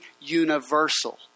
universal